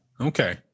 Okay